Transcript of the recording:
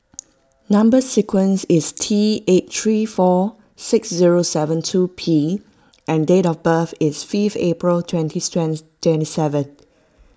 Number Sequence is T eight three four six zero seven two P and date of birth is fifth April twenty strength seven